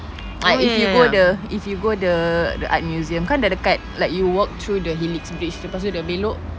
ah if you go the if you go the the art museum kan dah dekat like you walk through the helix bridge lepas tu dah belok